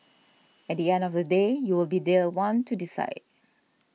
at the end of the day you will be their one to decide